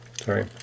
sorry